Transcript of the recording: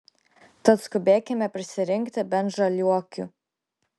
tad skubėkime prisirinkti bent žaliuokių